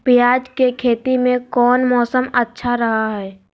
प्याज के खेती में कौन मौसम अच्छा रहा हय?